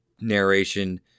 narration